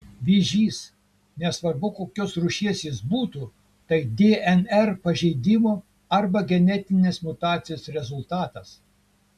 vėžys nesvarbu kokios rūšies jis būtų tai dnr pažeidimo arba genetinės mutacijos rezultatas